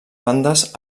bandes